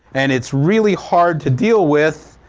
and it's really hard to deal with.